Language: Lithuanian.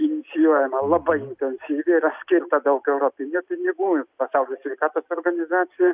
inicijuojama labai intensyviai yra skirta daug europinių pinigų ir pasaulio sveikatos organizacija